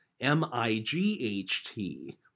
M-I-G-H-T